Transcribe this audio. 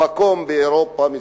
במקום מסוים באירופה,